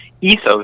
ethos